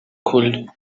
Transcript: could